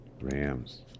Rams